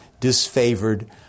disfavored